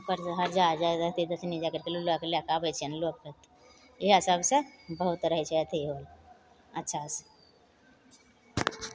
ओकर जे हरजाहि रह रहतै गोतनी जा करिके लुलुएके लैके आबै छिअनि लोकके इएहसबसे बहुत रहै छै अथी होल अच्छासे